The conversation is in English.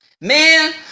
man